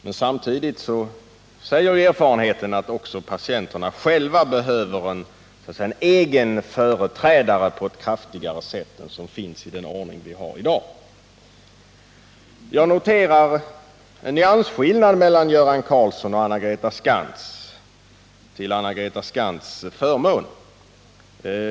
Men samtidigt säger erfarenheten att patienterna behöver en egen företrädare på ett kraftigare markerat sätt än vad som är fallet i den ordning som vi i dag har. Jag noterar en nyansskillnad mellan Göran Karlsson och Anna-Greta Skantz, till Anna-Greta Skantz förmån.